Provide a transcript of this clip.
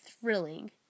thrilling